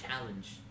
challenge